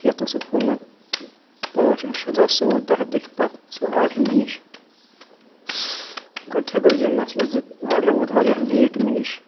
یِتھ اوٚسُکھ ہوٚومُت پانٛژھ یا شیٚے دۄہ سُہ ووٚت دہہِ دُہۍ پَتہٕ سُہ آرڈر مےٚ نِش گۄڈٕنیٚتھٕے گوٚو یہِ مَسلہٕ زِآرڈر ووٚت واریاہ لیٹ مےٚ نِش